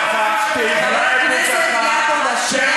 חבר הכנסת יעקב אשר,